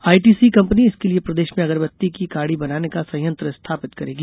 ITC company इसके लिए प्रदेश में अगरबत्ती की काड़ी बनाने का संयंत्र स्थापित करेगी